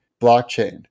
blockchain